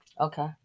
okay